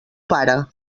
pare